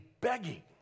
begging